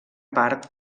part